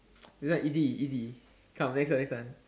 this one easy easy come next one next one